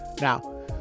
Now